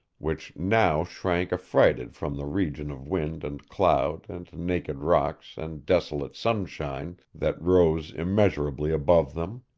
which now shrank affrighted from the region of wind and cloud and naked rocks and desolate sunshine, that rose immeasurably above them.